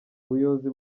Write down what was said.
ubuyobozi